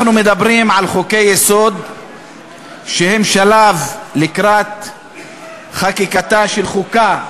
אנחנו מדברים על חוקי-יסוד שהם שלב לקראת חקיקתה של חוקה,